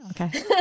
Okay